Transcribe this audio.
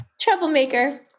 Troublemaker